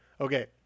Okay